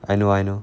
I know I know